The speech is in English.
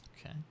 Okay